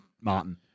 Martin